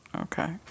okay